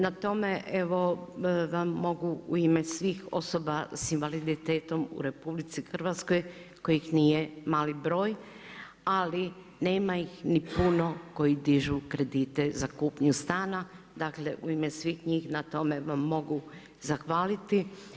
Na tome evo vam mogu u ime svih osoba sa invaliditetom u RH kojih nije mali broj ali nema ih ni puno koji dižu kredite za kupnju stanja, dakle u ime svih njih na tome vam mogu zahvaliti.